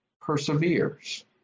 perseveres